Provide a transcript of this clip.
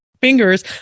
fingers